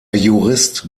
jurist